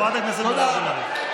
תודה.